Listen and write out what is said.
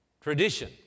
tradition